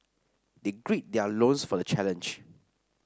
they gird their loins for the challenge